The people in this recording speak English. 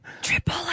Triple